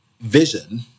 vision